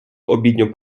обідню